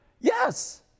Yes